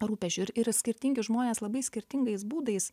rūpesčių ir ir skirtingi žmonės labai skirtingais būdais